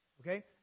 Okay